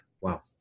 Wow